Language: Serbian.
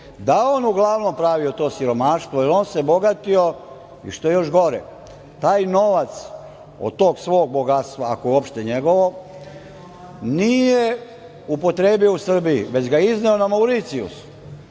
je on uglavnom pravio to siromaštvo, jer on se bogatio i što je još gore taj novac od tog svog bogatstva ako je uopšte i njegovo nije upotrebio u Srbiji već ga je izneo na Mauricijus.